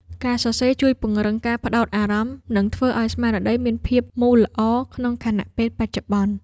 ការសរសេរជួយពង្រឹងការផ្ដោតអារម្មណ៍ និងធ្វើឱ្យស្មារតីមានភាពមូលល្អក្នុងខណៈពេលបច្ចុប្បន្ន។